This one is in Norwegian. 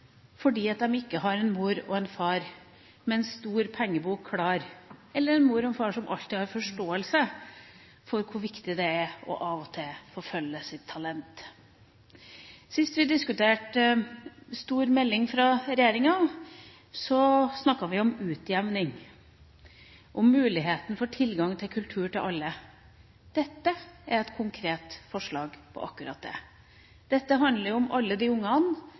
fordi de ikke har en mor og en far med en stor pengebok klar, eller en mor og en far som alltid har forståelse for hvor viktig det er å forfølge sitt talent. Sist vi diskuterte en stor melding fra regjeringa, snakket vi om utjevning, om muligheten for tilgang til kultur for alle. Dette er et konkret forslag om akkurat det. Dette handler om alle de ungene